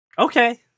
Okay